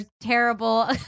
terrible